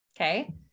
Okay